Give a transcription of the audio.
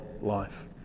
life